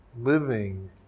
living